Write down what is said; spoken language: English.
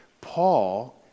Paul